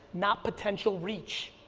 not potential reach.